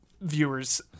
viewers